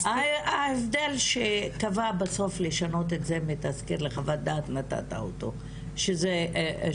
ההבדל שקבע בסוף לשנות את זה מ'תזכיר' ל'חוות דעת' זה כמו שאתה אמרת,